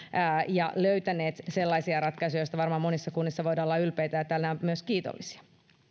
ja sellaisia ratkaisuja joista varmaan monissa kunnissa voidaan olla ylpeitä ja myös kiitollisia